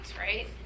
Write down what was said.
right